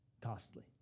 costly